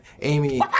Amy